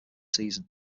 season